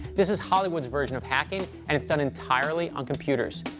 this is hollywood's version of hacking, and it's done entirely on computers.